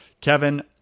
Kevin